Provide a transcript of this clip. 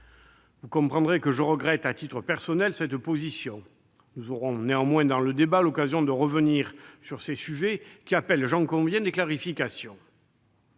Vous comprendrez que je regrette, à titre personnel, cette position. Néanmoins, au cours du débat, nous aurons l'occasion de revenir sur ces sujets, qui appellent- j'en conviens -des clarifications.